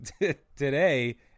today